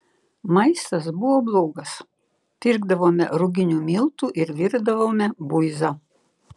maistas buvo blogas pirkdavome ruginių miltų ir virdavome buizą